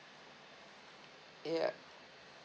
yeah